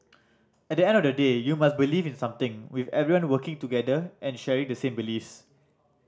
at the end of the day you must believe in something with everyone working together and sharing the same beliefs